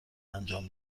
انجام